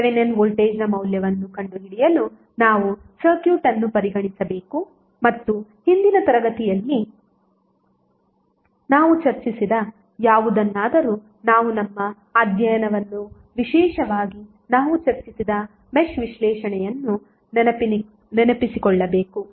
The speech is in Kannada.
ಥೆವೆನಿನ್ ವೋಲ್ಟೇಜ್ನ ಮೌಲ್ಯವನ್ನು ಕಂಡುಹಿಡಿಯಲು ನಾವು ಸರ್ಕ್ಯೂಟ್ ಅನ್ನು ಪರಿಗಣಿಸಬೇಕು ಮತ್ತು ಹಿಂದಿನ ತರಗತಿಗಳಲ್ಲಿ ನಾವು ಚರ್ಚಿಸಿದ ಯಾವುದನ್ನಾದರೂ ನಾವು ನಮ್ಮ ಅಧ್ಯಯನವನ್ನು ವಿಶೇಷವಾಗಿ ನಾವು ಚರ್ಚಿಸಿದ ಮೆಶ್ ವಿಶ್ಲೇಷಣೆಯನ್ನು ನೆನಪಿಸಿಕೊಳ್ಳಬೇಕು